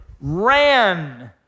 ran